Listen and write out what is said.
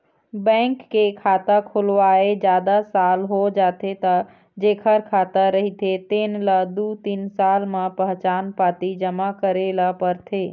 bank के खाता खोलवाए जादा साल हो जाथे त जेखर खाता रहिथे तेन ल दू तीन साल म पहचान पाती जमा करे ल परथे